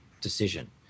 decision